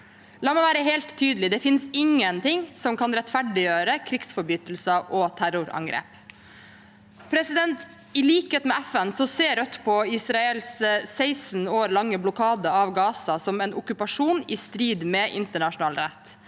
La meg være helt tydelig: Det finnes ingenting som kan rettferdiggjøre krigsforbrytelser og terrorangrep. I likhet med FN ser Rødt på Israels 16 år lange blokade av Gaza som en okkupasjon i strid med internasjonal rett.